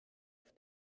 auf